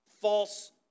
false